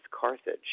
Carthage